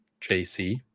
JC